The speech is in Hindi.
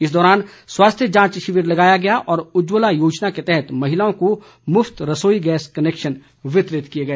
इस दौरान स्वास्थ्य जांच शिविर लगाया गया और उज्जवला योजना के तहत महिलाओं को मुफ्त रसोई गैस कनेक्शन वितरित किए गए